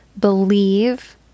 believe